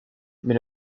mais